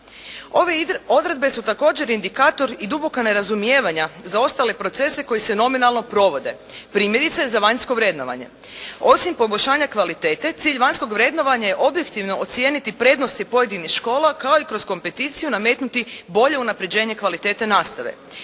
Ove odredbe su također indikator i duboka nerazumijevanja za ostale procese koji se nominalno provode. Primjerice, za vanjsko vrednovanje. Osim poboljšanja kvalitete cilj vanjskog vrednovanja je objektivno ocijeniti prednosti pojedinih škola kao i kroz kompeticiju nametnuti bolje unapređenje kvalitete nastave.